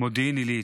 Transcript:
מודיעין עילית.